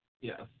Yes